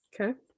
okay